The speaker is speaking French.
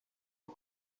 les